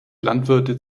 landwirte